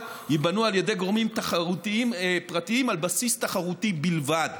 ייבנו על ידי גורמים פרטיים על בסיס תחרותי בלבד.